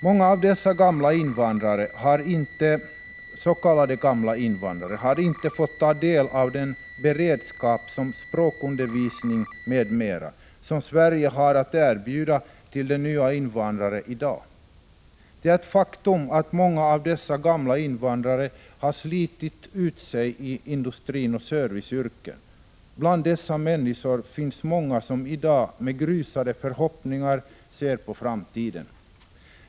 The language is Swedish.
Många av dessa s.k. gamla invandrare har inte fått ta del av den beredskap i form av språkundervisning m.m. som Sverige har att erbjuda till de nya invandrarna i dag. Det är ett faktum att många av dessa ”gamla invandrare” har slitit ut sig i industrin och serviceyrken. Bland dessa människor finns många som i dag med grusade förhoppningar ser på framtiden.